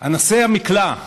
/ 'אנסה המקלע'...